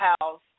house